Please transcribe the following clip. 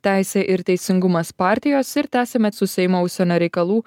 teisė ir teisingumas partijos ir tęsiame su seimo užsienio reikalų